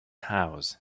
house